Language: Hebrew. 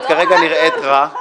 את כרגע נראית רע,